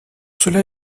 cela